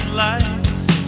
lights